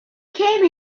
came